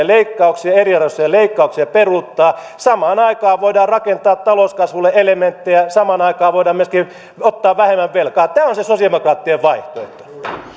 leikkauksia eriarvoisia leikkauksia peruuttaa samaan aikaan voidaan rakentaa talouskasvulle elementtejä samaan aikaan voidaan myöskin ottaa vähemmän velkaa tämä on se sosialidemokraattien vaihtoehto